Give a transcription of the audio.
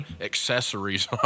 accessories